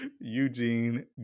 Eugene